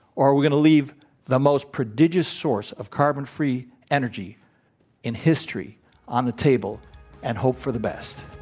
are we going to leave the most prodigious source of carbon free energy in history on the table and hope for the best?